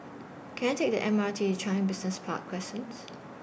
Can I Take The M R T to Changi Business Park Crescent